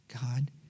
God